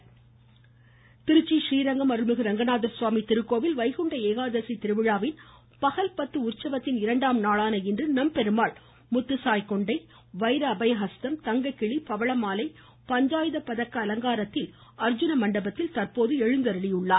கோவில் திருச்சி றீரங்கம் அருள்மிகு அரங்கநாதசுவாமி திருக்கோவில் வைகுண்ட ஏகாதசி திருவிழாவின் பகல் பத்து உற்சவத்தின் இரண்டாம் நாளான இன்று நம்பெருமாள் முத்துசாய் கொண்டை வைர அபயஹஸ்தம் தங்க கிளி பவளமாலை பஞ்சாயுத பதக்க அலங்காரத்தில் அர்ஜுன மண்டபத்தில் தற்போது எழுந்தருளியுள்ளார்